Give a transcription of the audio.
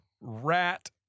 Rat